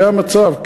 זה המצב.